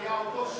היה אותו שקט.